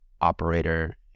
operator